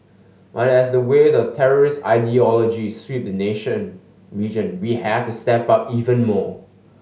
but as the waves of terrorist ideology sweep the nation region we have to step up even more